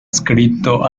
scritto